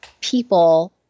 people